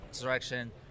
direction